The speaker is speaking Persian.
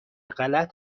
غلط